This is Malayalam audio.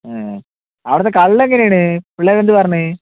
അവിടുത്തെ കള്ളെങ്ങനെയാണ് പിള്ളേർ എന്തു പറഞ്ഞു